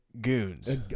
goons